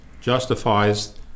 justifies